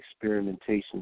experimentation